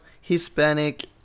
Hispanic